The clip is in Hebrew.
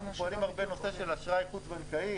אנחנו פועלים הרבה בנושא של אשראי חוץ בנקאי.